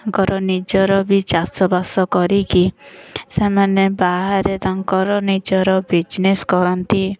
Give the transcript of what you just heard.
ତାଙ୍କର ନିଜର ବି ଚାଷବାସ କରିକି ସେମାନେ ବାହାରେ ତାଙ୍କର ନିଜର ବିଜନେସ୍ କରନ୍ତି